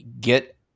get